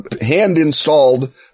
hand-installed